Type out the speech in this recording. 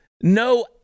no